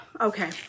Okay